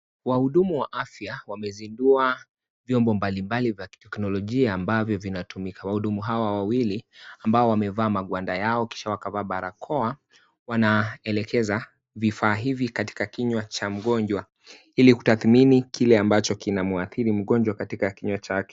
Wahudumu wa afya wamezindua vyombo mbalimbali vya kiteknolojia ambavyo vinatumika, wahudumu hawa wawili ambao wamevaa magwanda yao kisha wakavaa barakoa, wanaelekeza vifaa hivi katika kinywa cha mgonjwa, ili kutathmini kile ambacho kinamwadhiri mgonjwa katika kinywa chake.